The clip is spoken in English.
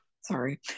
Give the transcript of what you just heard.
sorry